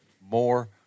more